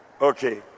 Okay